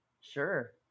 Sure